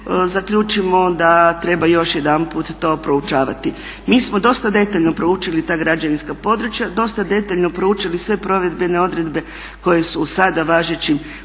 zaključimo da treba još jedanput to proučavati. Mi smo dosta detaljno proučili ta građevinska područja, dosta detaljno proučili sve provedbene odredbe koje su u sada važećim